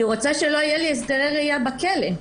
היא רוצה שלא יהיו לי הסדרי ראייה כשאני בכלא.